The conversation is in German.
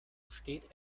steht